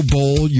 Bowl